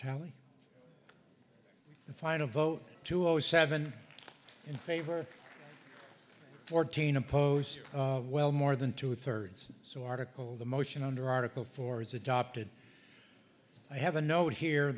tally the final vote to always have been in favor fourteen oppose well more than two thirds so article the motion under article four is adopted i have a note here